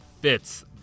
fits